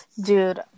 Dude